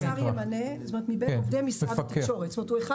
כתוב שהשר ימנה מבין עובדי משרד התקשורת.